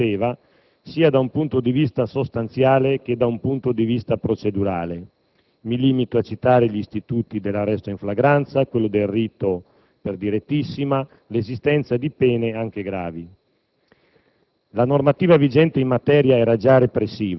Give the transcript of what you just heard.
perché il sistema delle norme già c'era, sia da un punto di vista sostanziale che procedurale. Mi limito a citare gli istituti dell'arresto in flagranza, del rito per direttissima e l'esistenza di pene anche gravi.